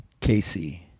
casey